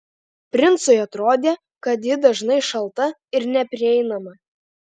princui atrodė kad ji dažnai šalta ir neprieinama